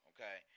Okay